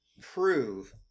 prove